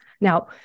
Now